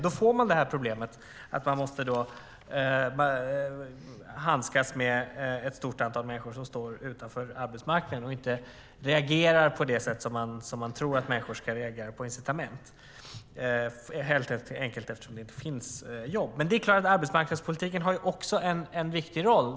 Då får man problemet att man måste handskas med ett stort antal människor som står utanför arbetsmarknaden och inte reagerar på det sätt som man tror att människor ska reagera på incitament, helt enkelt eftersom det inte finns jobb. Men det är klart att arbetsmarknadspolitiken också har en viktig roll.